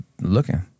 looking